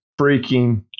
freaking